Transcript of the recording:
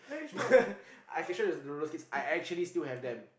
I can show you the the roller skates I actually still have them